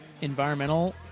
environmental